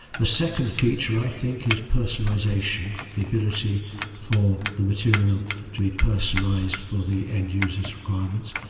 the second feature i think is personalisation, the ability for the material to be personalised for the end user's requirements.